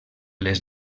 les